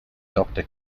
doctor